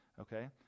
okay